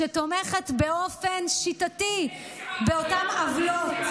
שתומכת באופן שיטתי באותן עוולות.